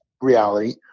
reality